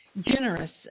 generous